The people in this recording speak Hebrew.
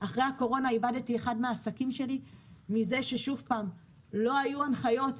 אחרי הקורונה איבדתי אחד מהעסקים שלי מזה שלא היו הנחיות,